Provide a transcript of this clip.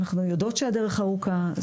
אנחנו יודעות שהדרך ארוכה,